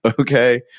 okay